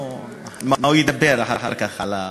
מה הוא ידבר אחר כך.